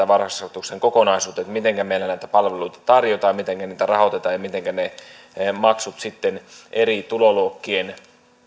varhaiskasvatuksen kokonaisuutta mitenkä meillä näitä palveluita tarjotaan mitenkä niitä rahoitetaan ja mitenkä ne maksut sitten eri tuloluokkien